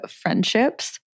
friendships